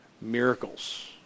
Miracles